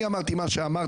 אני אמרתי מה שאמרתי.